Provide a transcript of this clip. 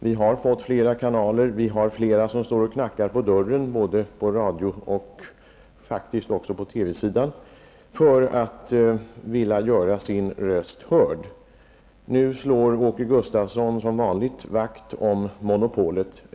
Vi har fått flera kanaler, och vi har flera som står och knackar på dörren både på radiosidan och faktiskt också på TV-sidan för att få sin röst hörd. Nu slår Åke Gustavsson som vanligt vakt om monopolet.